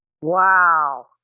Wow